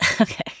Okay